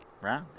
right